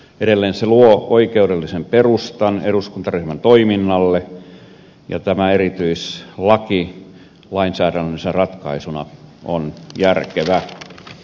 edelleen se luo oikeudellisen perustan eduskuntaryhmän toiminnalle ja tämä erityislaki lainsäädännöllisenä ratkaisuna on järkevä